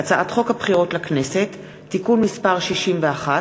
הצעת חוק הבחירות לכנסת (תיקון מס' 61)